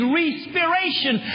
respiration